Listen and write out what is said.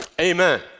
Amen